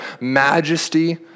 majesty